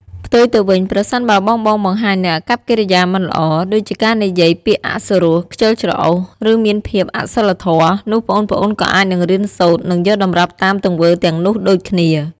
ផ្ទុយទៅវិញ ប្រសិនបើបងៗបង្ហាញនូវអាកប្បកិរិយាមិនល្អ ដូចជាការនិយាយពាក្យអសុរោះ ខ្ជិលច្រអូស ឬមានភាពអសីលធម៌ នោះប្អូនៗក៏អាចនឹងរៀនសូត្រ និងយកតម្រាប់តាមទង្វើទាំងនោះដូចគ្នា ។